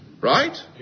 Right